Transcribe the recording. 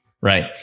Right